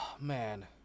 man